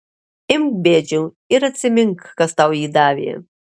imk bėdžiau ir atsimink kas tau jį davė